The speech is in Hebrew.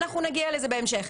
אנחנו נגיע לזה בהמשך.